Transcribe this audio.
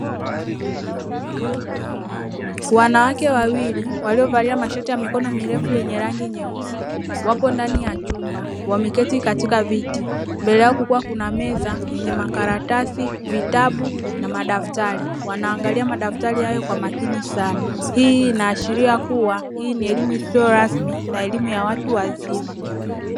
Wanawake wawili, waliovalia mashati ya mikono mirefu yenye rangi nyeusi, wapo ndani ya chumba, wameketi katika viti, mbele yao kukiwa kuna meza yenye makaratasi, vitabu na madaftari wanaangalia madaftari hayo kwa makini sana. Hii inaashiria kuwa, hii ni elimu isiyo rasmi na elimu ya watu wazima.